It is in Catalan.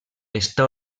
està